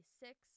six